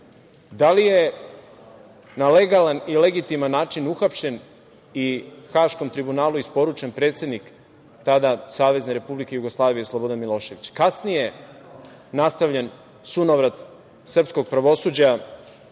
li je na legalan i legitiman način uhapšen i Haškom tribunalu isporučen predsednik tada Savezne Republike Jugoslavije Slobodan Milošević? Kasnije je nastavljen sunovrat srpskog pravosuđa